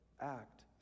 act